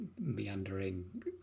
meandering